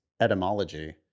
etymology